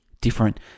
different